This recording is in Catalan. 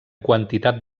quantitat